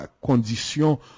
Conditions